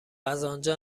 ازآنجا